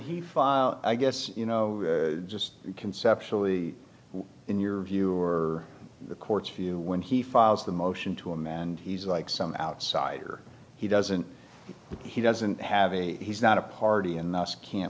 he file i guess you know just conceptually in your view the court's view when he files the motion to him and he's like some outsider he doesn't he doesn't have a he's not a party in the us can't